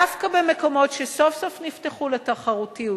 דווקא במקומות שסוף-סוף נפתחו לתחרותיות,